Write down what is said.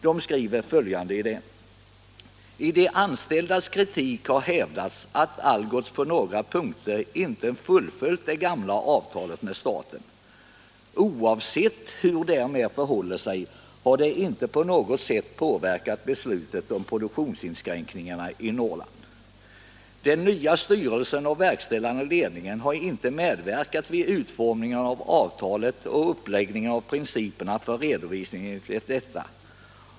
Det heter där: ”I de anställdas kritik har hävdats att Algots på några punkter inte fullföljt det gamla avtalet med staten. Oavsett hur därmed förhåller sig har det inte på något sätt påverkat beslutet om produktionsinskränkningen i Norrland. Den nya styrelsen och verkställande ledningen har inte medverkat vid utformningen av avtalet och uppläggningen av principerna för redovisningen enligt detta.